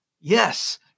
Yes